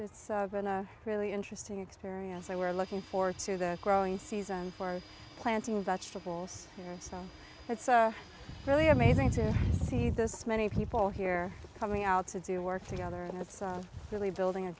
it's been a really interesting experience and were looking forward to the growing season for planting vegetables and so it's really amazing to see this many people here coming out to do work together and that's really building a